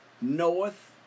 knoweth